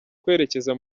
kwerekeza